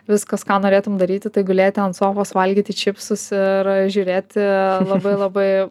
viskas ką norėtum daryti tai gulėti ant sofos valgyti čipsus ir žiūrėti labai labai